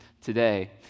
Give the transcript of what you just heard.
today